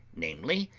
namely,